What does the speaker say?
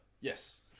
yes